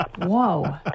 Whoa